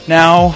now